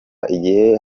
igihe